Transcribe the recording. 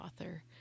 author